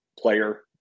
player